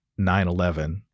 9-11